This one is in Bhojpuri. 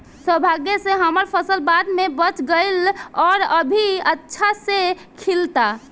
सौभाग्य से हमर फसल बाढ़ में बच गइल आउर अभी अच्छा से खिलता